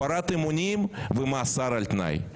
הפרת אמונים ומאסר על תנאי.